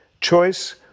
choice